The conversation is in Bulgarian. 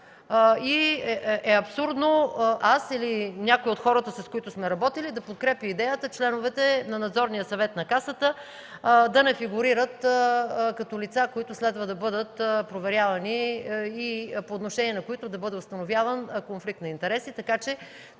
Абсурдно е аз или някой от хората, с които сме работили, да подкрепя идеята членовете на Надзорния съвет на Касата да не фигурират като лица, които следва да бъдат проверявани и по отношение на които да бъде установяван конфликт на интереси.